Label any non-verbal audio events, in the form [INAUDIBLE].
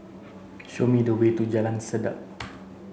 Show me the way to Jalan Sedap [NOISE]